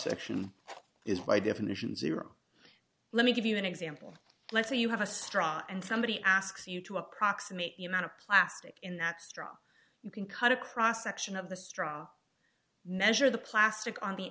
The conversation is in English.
section is by definition zero let me give you an example let's say you have a straw and somebody asks you to approximate the amount of plastic in that straw you can cut a cross section of the straw measure the plastic on the